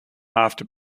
after